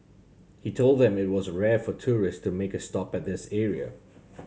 he told them that it was rare for tourist to make a stop at this area